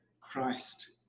Christ